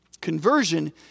Conversion